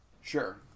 Sure